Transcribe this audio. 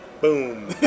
Boom